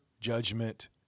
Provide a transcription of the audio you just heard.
judgment